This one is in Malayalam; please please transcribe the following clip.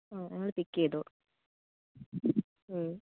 മ് ഞങ്ങൾ പിക്ക് ചെയ്തോളും മ്